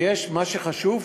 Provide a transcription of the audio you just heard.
ומה שחשוב,